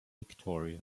victoria